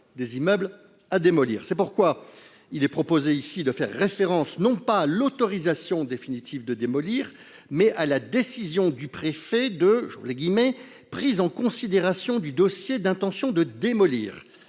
des immeubles à démolir. C’est pourquoi il est proposé ici de faire référence, non pas à l’autorisation définitive de démolir, mais à la décision du préfet de « prise en considération du dossier d’intention de démolir ».